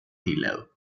pillow